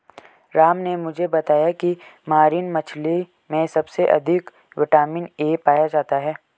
राम ने मुझे बताया की मरीन मछली में सबसे अधिक विटामिन ए पाया जाता है